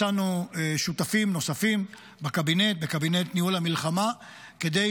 מצאנו שותפים נוספים בקבינט ניהול המלחמה כדי